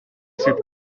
sydd